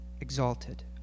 exalted